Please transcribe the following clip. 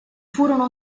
furono